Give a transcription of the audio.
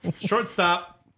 shortstop